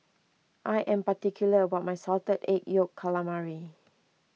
I am particular about my Salted Egg Yolk Calamari